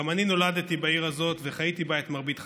גם אני נולדתי בעיר הזו וחייתי בה את מרבית חיי.